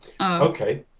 Okay